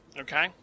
okay